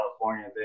California